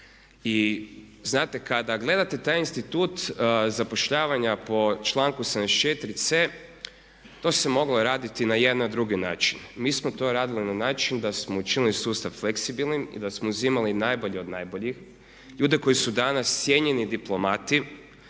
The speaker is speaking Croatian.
I znate kada gledate taj institut zapošljavanja po članku 74C to se moglo raditi na jedan na jedan drugi način. Mi smo to radili na način da smo učinili sustav fleksibilnim i da smo uzimali najbolje od najboljih, ljude koji su danas cjenjeni diplomati,